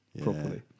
Properly